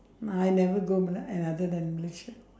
ah I never go b~ another than Malaysia